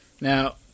Now